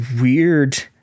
weird